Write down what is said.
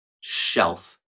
shelf